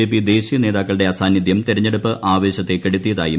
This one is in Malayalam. ജെപി ദേശീയ നേതാക്കളുടെ അസാന്നിധ്യം തെരഞ്ഞെടുപ്പ് ആവേശത്തെ കെടുത്തിയതായും